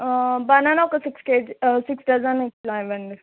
banana ఒక six kg six dozen ఇట్లా ఇవ్వండి